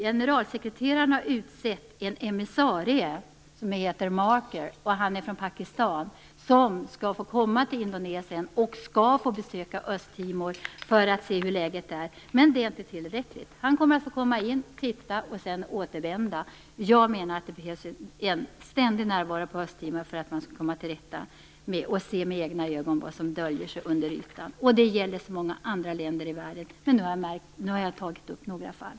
Generalsekreteraren har utsett en emissarie som heter Marker och är från Pakistan, och han skall få komma till Indonesien och besöka Östtimor för att se hurdant läget är. Men det är inte tillräckligt. Han kommer att få komma in, titta och sedan återvända. Jag menar att det behövs en ständig närvaro på Östtimor för att man skall kunna se med egna ögon vad som döljer sig under ytan och komma till rätta med det. Det gäller också många andra länder i världen, men nu har jag tagit upp några fall.